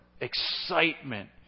excitement